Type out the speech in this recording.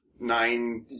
Nine